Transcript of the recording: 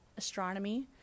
Astronomy